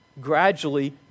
gradually